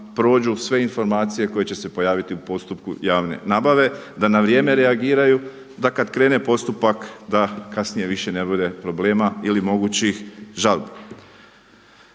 sve informacije koje će se pojaviti u postupku javne nabave, da na vrijeme reagiraju kada krene postupak da kasnije više ne bude problema ili mogućih žalbi.